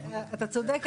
אתה צודק,